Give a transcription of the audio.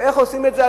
ואיך עושים את זה?